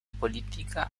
política